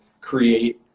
create